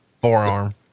forearm